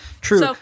True